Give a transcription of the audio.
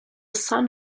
son